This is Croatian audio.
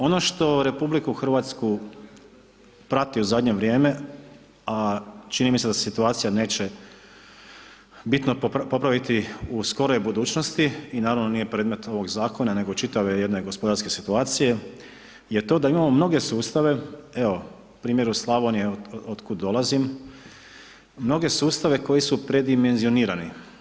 Ono što RH prati u zadnje vrijeme, a čini mi se da se situacija neće bitno popraviti u skoroj budućnosti i naravno nije predmet ovog zakona nego čitave jedne gospodarske situacije je to da imamo mnoge sustave, evo primjer u Slavoniji evo od kud dolazim, mnoge sustave koji su predimenzionirani.